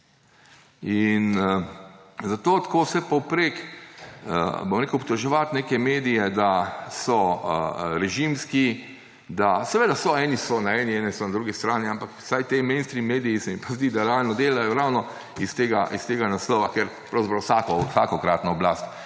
Zato tako vse povprek obtoževati neke medije, da so režimski. Seveda so eni na eni, drugi so na drugi strani, ampak vsaj ti mainstream mediji, se mi pa zdi, da ravno delajo s tega naslova, ker pravzaprav vsakokratno oblast